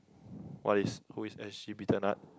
what is who is s_g Peter nut